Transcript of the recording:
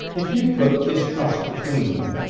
if you put distrust between them,